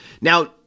Now